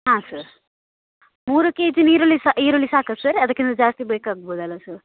ಹಾಂ ಸರ್ ಮೂರು ಕೆಜಿ ನೀರುಳ್ಳಿ ಸಾ ಈರುಳ್ಳಿ ಸಾಕಾ ಸರ್ ಅದಕ್ಕಿಂತ ಜಾಸ್ತಿ ಬೇಕಾಗ್ಬೌದಲ್ಲ ಸರ್